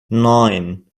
nine